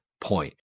point